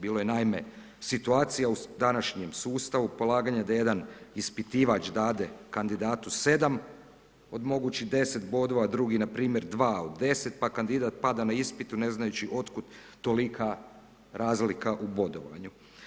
Bilo je naime situacija u današnjem sustavu polaganja da jedan ispitivač dade kandidatu 7 od mogućih 10 bodova, drugi npr. 2 od 10, pa kandidat pada na ispitu ne znajući od kud tolika razlika u bodovanju.